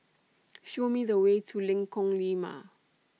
Show Me The Way to Lengkong Lima